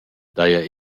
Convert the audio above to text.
daja